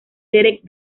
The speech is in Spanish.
derek